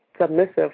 submissive